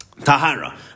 tahara